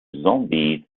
zombies